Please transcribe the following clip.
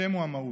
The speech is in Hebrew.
השם הוא המהות.